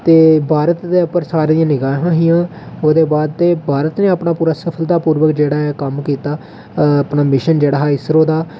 ते भारत दे उप्पर सारें दियां निगाहां हियां ते ओह्दे बाद भारत नै जेह्ड़ा अपना कम्म ओह् सफलतापुर्वक कीता अपना मिशन जेह्ड़ा हा इसरो दा